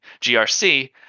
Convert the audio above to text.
GRC